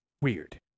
Weird